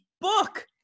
book